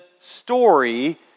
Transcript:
story